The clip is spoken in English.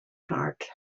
heart